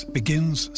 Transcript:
begins